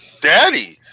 daddy